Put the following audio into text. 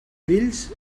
grills